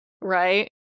Right